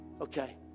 okay